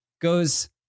goes